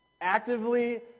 Actively